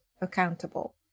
accountable